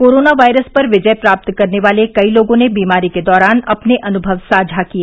corona virus पर विजय प्राप्त करने वाले कई लोगों ने बीमारी के दौरान के अपने अनुभव साझा किए